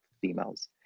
females